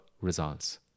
results